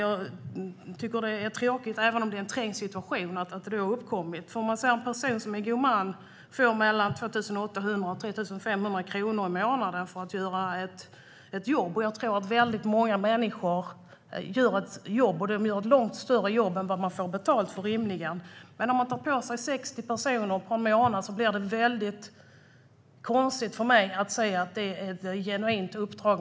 Även om situationen är trängd är det tråkigt att detta läge har uppkommit. En god man får mellan 2 800 och 3 500 kronor i månaden för jobbet. Jag tror att många människor gör ett långt större jobb än vad de får betalt för. Men om man tar på sig att vara god man för 60 personer per månad ifrågasätter jag att det är fråga om ett genuint uppdrag.